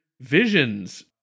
visions